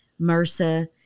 MRSA